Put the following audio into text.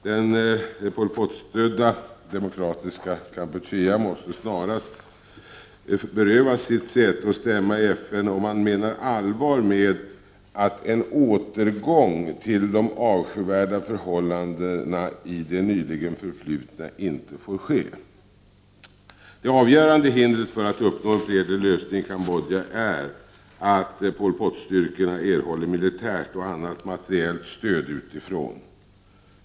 Det Pol Pot-stödda Demokratiska Kampuchea måste snarast berövas säte och stämma i FN, om man menar allvar med att ”en återgång till de avskyvärda förhållandena i det nyligen förflutna inte får ske": Det avgörande hindret för att uppnå en fredlig lösning i Kambodja är att Pol Pot-styrkorna erhåller militärt och annat materiellt stöd utifrån.